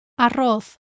Arroz